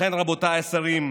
לכן, רבותיי השרים,